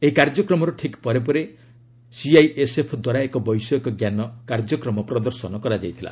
ଏହି କାର୍ଯ୍ୟକ୍ରମର ଠିକ୍ ପରେ ପରେ ସିଆଇଏସ୍ଏଫ୍ ଦ୍ୱାରା ଏକ ବୈଷୟିକ ଜ୍ଞାନ କାର୍ଯ୍ୟକ୍ରମ ପ୍ରଦର୍ଶନ ହୋଇଥିଲା